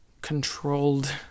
controlled